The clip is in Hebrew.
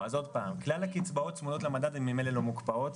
כלל הקצבאות צמודות למדד, הן ממילא לא מוקפאות.